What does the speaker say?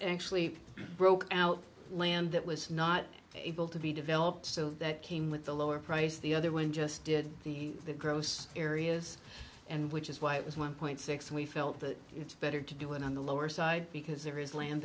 actually broke out land that was not able to be developed so that came with a lower price the other one just did the gross areas and which is why it was one point six we felt that it's better to do it on the lower side because there is land